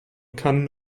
cannes